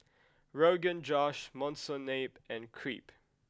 Rogan Josh Monsunabe and Crepe